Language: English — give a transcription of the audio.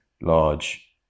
large